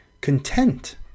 content